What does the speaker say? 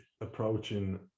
approaching